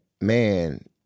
man